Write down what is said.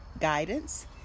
guidance